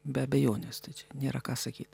be abejonės tai čia nėra ką sakyt